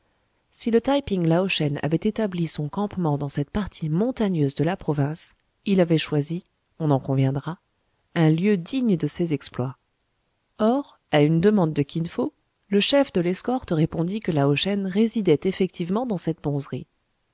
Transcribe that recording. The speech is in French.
si le taï ping lao shen avait établi son campement dans cette partie montagneuse de la province il avait choisi on en conviendra un lieu digne de ses exploits or à une demande de kin fo le chef de l'escorte répondit que lao shen résidait effectivement dans cette